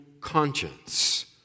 conscience